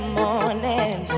morning